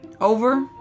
over